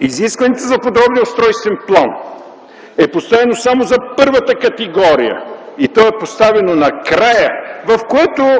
Изискването за подробния устройствен план е поставено само за първата категория, и то е поставено накрая, при което